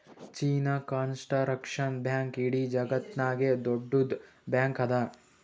China construction bank ಇಡೀ ಜಗತ್ತನಾಗೆ ದೊಡ್ಡುದ್ ಬ್ಯಾಂಕ್ ಅದಾ